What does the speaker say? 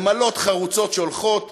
נמלים חרוצות שהולכות